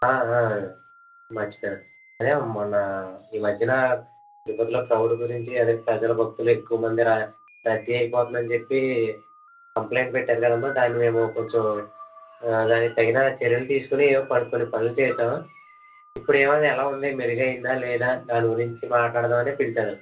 మర్చిపోయా అదే మొన్న ఈ మధ్యన చివరిలో క్రౌడ్ గురించి అదే ప్రజల భక్తుల ఎక్కువ మంది ర రద్దీ అవుతుందని చెప్పి కంప్లైంట్ పెట్టారు కదా అమ్మ దాన్ని మేము కొంచెం దానికి తగిన చర్యలు తీసుకొని ఏవో ప కొన్ని పనులు చేసాము ఇప్పుడు అది ఎలా ఏమైంది మెరుగయిందా లేదా అని దాని గురించి మాట్లాడదామని పిలిచాను